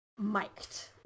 miked